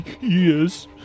Yes